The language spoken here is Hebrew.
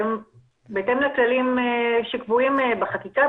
בהתאם לכללים שקבועים בחקיקה,